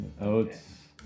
oats